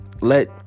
let